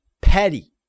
Petty